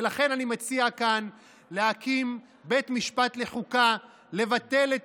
ולכן אני מציע כאן להקים בית משפט לחוקה, לבטל את